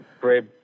great